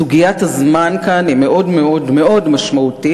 סוגיית הזמן כאן היא מאוד מאוד מאוד משמעותית,